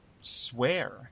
swear